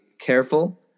careful